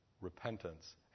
repentance